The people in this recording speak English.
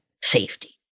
safety